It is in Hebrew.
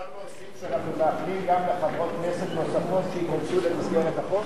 אפשר להוסיף שאנחנו מאחלים גם לחברות כנסת נוספות שייכנסו למסגרת החוק?